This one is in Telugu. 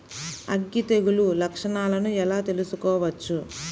అగ్గి తెగులు లక్షణాలను ఎలా తెలుసుకోవచ్చు?